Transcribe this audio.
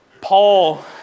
Paul